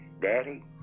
Daddy